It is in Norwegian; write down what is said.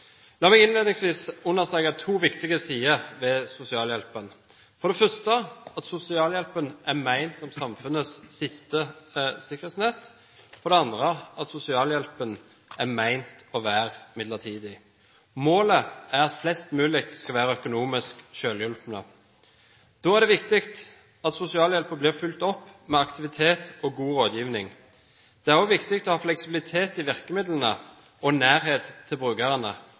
La meg innledningsvis understreke to viktige sider ved sosialhjelpen. For det første er sosialhjelpen ment som samfunnets siste sikkerhetsnett, og for det andre er sosialhjelpen ment å være midlertidig. Målet er at flest mulig skal være økonomisk selvhjulpne. Da er det viktig at sosialhjelpen blir fulgt opp med aktivitet og god rådgivning. Det er også viktig å ha fleksibilitet i virkemidlene og nærhet til brukerne.